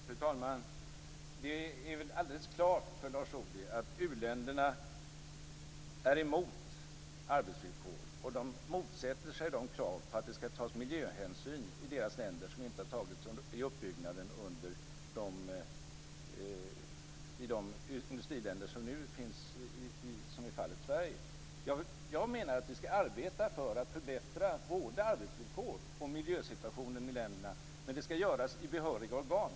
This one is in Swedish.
Fru talman! Det är väl alldeles klart för Lars Ohly att u-länderna är emot arbetsvillkor och motsätter sig krav på att det ska tas miljöhänsyn i deras länder som inte har tagits vid uppbyggnaden i de industriländer som nu finns och som är fallet i Sverige. Jag menar att vi ska arbeta för att förbättra både arbetsvillkor och miljösituationen i länderna men det ska göras i behöriga organ.